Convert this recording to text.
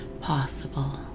possible